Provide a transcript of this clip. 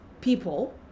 people